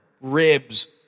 ribs